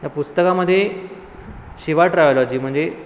ह्या पुस्तकामध्ये शिवा ट्रायोलॉजी म्हणजे